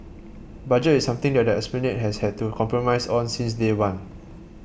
budget is something that the Esplanade has had to compromise on since day one